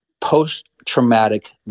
post-traumatic